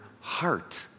heart